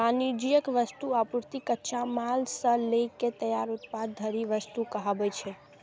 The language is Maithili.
वाणिज्यिक वस्तु, आपूर्ति, कच्चा माल सं लए के तैयार उत्पाद धरि वस्तु कहाबै छै